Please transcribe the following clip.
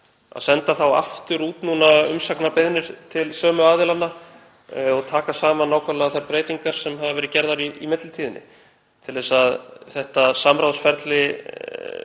senda aftur út núna umsagnarbeiðnir til sömu aðila, taka saman nákvæmlega þær breytingar sem hafa verið gerðar í millitíðinni til að þetta samráðsferli